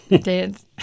dance